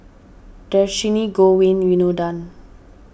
Dhershini Govin Winodan